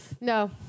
No